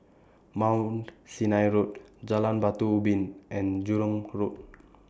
Mount Sinai Road Jalan Batu Ubin and Jurong Road